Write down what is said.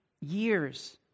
years